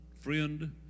friend